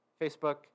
Facebook